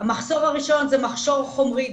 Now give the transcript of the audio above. המחסור הראשון הוא מחסור חומרי,